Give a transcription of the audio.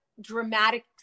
dramatic